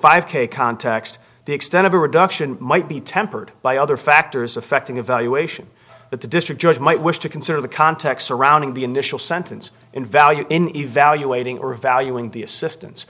five k context the extent of a reduction might be tempered by other factors affecting evaluation that the district judge might wish to consider the context surrounding the initial sentence in value in evaluating or valuing the assistance